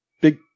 big